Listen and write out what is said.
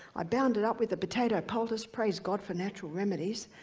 i bound it up with a potato poultice. praise god for natural remedies.